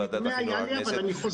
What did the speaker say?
אז סליחה, אני חוזר בי מזה.